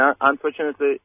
unfortunately